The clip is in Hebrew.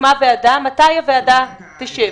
הוקמה ועדה, מתי הוועדה תשב?